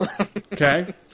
Okay